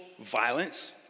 violence